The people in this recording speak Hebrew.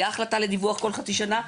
הייתה החלטה לדיווח כל חצי שנה,